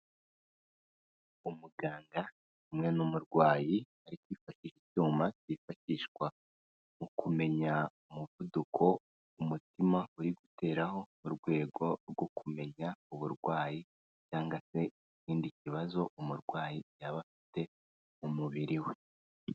Umuganga ari kumwe n'umurwayi ariko ifata icyuma cyifashishwa mu kumenya umuvuduko umutima uri guteraho mu rwego rwo kumenya uburwayi cyangwa se ikindi kibazo umurwayi yaba afite mu mubiri we.